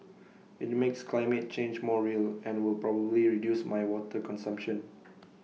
IT makes climate change more real and will probably reduce my water consumption